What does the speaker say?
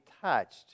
touched